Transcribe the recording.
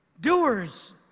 doers